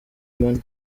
money